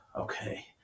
Okay